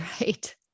right